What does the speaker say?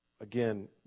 again